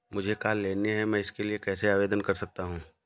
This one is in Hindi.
मुझे कार लेनी है मैं इसके लिए कैसे आवेदन कर सकता हूँ?